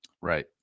Right